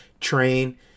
train